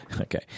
Okay